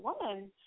woman